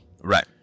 Right